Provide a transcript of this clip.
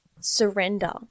surrender